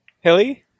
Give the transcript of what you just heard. hilly